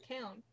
count